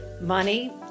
money